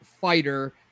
fighter